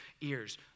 ears